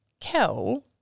Kel